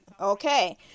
okay